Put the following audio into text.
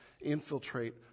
infiltrate